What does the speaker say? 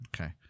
Okay